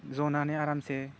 जनानै आरामसे